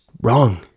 wrong